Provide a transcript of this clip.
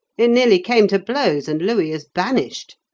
it nearly came to blows, and louis is banished.